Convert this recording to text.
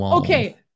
Okay